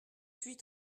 suis